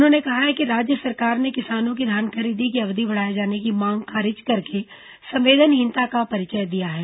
उन्होंने कहा कि राज्य सरकार ने किसानों की धान खरीदी की अवधि बढ़ाए जाने की मांग खारिज करके संवेदनहीनता का परिचय दिया है